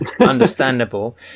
understandable